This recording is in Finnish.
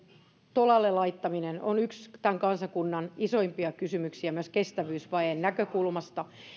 tolalle laittaminen on yksi tämän kansakunnan isoimpia kysymyksiä myös kestävyysvajeen näkökulmasta